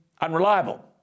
unreliable